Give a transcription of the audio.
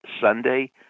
Sunday